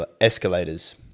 escalators